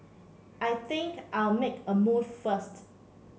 I think I'll make a move first